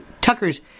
Tucker's